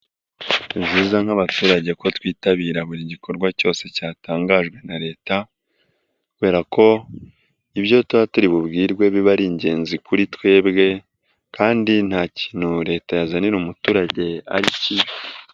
Ni byiza nk'abaturage ko twitabira buri gikorwa cyose cyatangajwe na leta kubera ko ibyo tuba turi bubwirwe biba ari ingenzi kuri twebwe kandi nta kintu leta yazanira umuturage ari kibi.